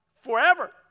forever